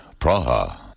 Praha